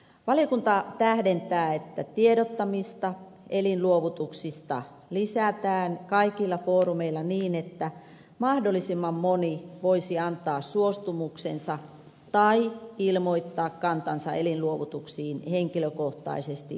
valiokunta tähdentää että tiedottamista elinluovutuksista lisätään kaikilla foorumeilla niin että mahdollisimman moni voisi antaa suostumuksensa tai ilmoittaa kantansa elinluovutuksiin henkilökohtaisesti elinaikanaan